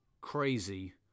crazy